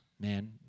man